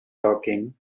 talking